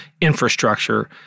infrastructure